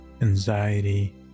anxiety